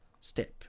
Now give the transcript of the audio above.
step